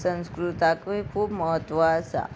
संस्कृताकूय खूब म्हत्व आसा